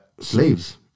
slaves